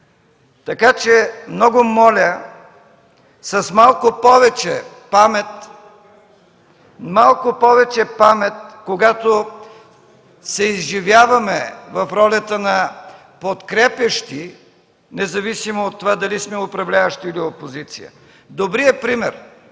Така че много моля с малко повече памет, когато се изживяваме в ролята на подкрепящи, независимо от това дали сме управляващи, или опозиция. Добрият пример